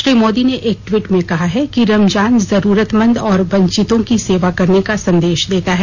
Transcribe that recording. श्री मोदी ने एक ट्वीट में कहा है कि रमजान जरूरतमंद और वंचितों की सेवा करने का संदेश देता है